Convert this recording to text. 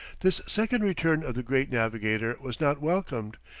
this second return of the great navigator was not welcomed,